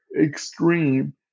extreme